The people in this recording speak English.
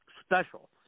special